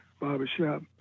Barbershop